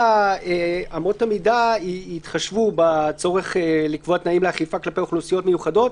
אמות המידה יתחשבו בצורך לקבוע תנאים לאכיפה כלפי אוכלוסיות מיוחדות.